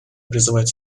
призывает